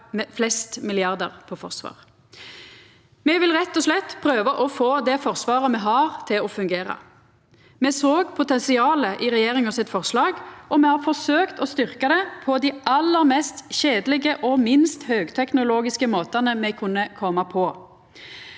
flest milliardar på forsvar. Me vil rett og slett prøva å få det forsvaret me har, til å fungera. Me såg potensialet i regjeringa sitt forslag, og me har forsøkt å styrkja det på dei aller mest kjedelege og minst høgteknologiske måtane me kunne koma på,